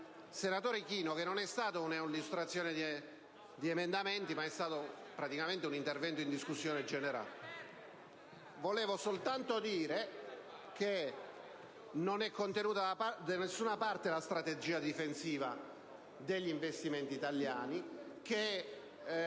senatore Ichino, che non è stato di illustrazione di emendamenti, ma piuttosto un intervento in discussione generale. Vorrei soltanto dire che non è contenuta da nessuna parte la strategia difensiva degli investimenti italiani e che